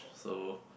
so